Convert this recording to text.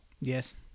Yes